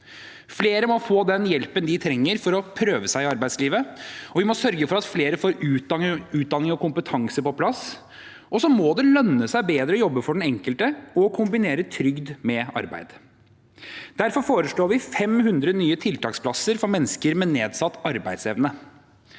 Flere må få den hjelpen de trenger for å prøve seg i arbeidslivet, og vi må sørge for at flere får utdanning og kompetanse på plass. Det må også lønne seg bedre for den enkelte å jobbe og å kombinere trygd med arbeid. Derfor foreslår vi 500 nye tiltaksplasser for mennesker med nedsatt arbeidsevne.